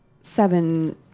Seven